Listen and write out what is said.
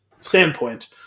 standpoint